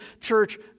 church